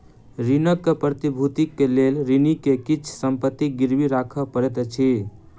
ऋणक प्रतिभूतिक लेल ऋणी के किछ संपत्ति गिरवी राखअ पड़ैत अछि